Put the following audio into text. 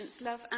love